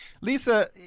Lisa